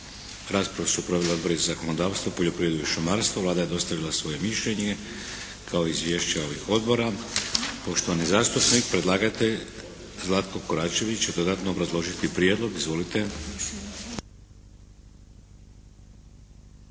Raspravu su proveli odbori za zakonodavstvo, poljoprivredu i šumarstvo. Vlada je dostavila svoje mišljenje, kao i izvješća ovih odbora. Poštovani zastupnik, predlagatelj Zlatko Koračević će dodatno obrazložiti prijedlog. Izvolite.